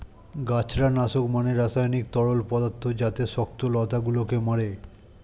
গাছড়া নাশক মানে রাসায়নিক তরল পদার্থ যাতে শক্ত লতা গুলোকে মারে